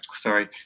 sorry